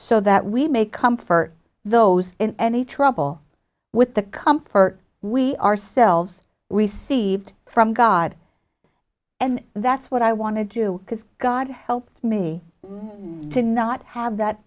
so that we may comfort those in any trouble with the comfort we ourselves received from god and that's what i want to do because god help me to not have that